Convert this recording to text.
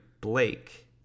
blake